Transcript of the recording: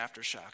aftershocks